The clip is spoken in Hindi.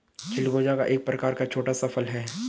चिलगोजा एक प्रकार का छोटा सा फल है